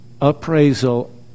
appraisal